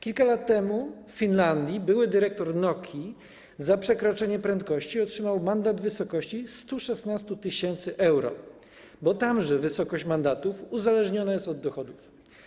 Kilka lat temu w Finlandii były dyrektor Nokii za przekroczenie prędkości otrzymał mandat w wysokości 116 tys. euro, bo tam wysokość mandatów uzależniona jest od dochodów.